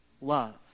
love